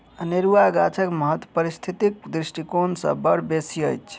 अनेरुआ गाछक महत्व पारिस्थितिक दृष्टिकोण सँ बड़ बेसी अछि